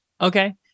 Okay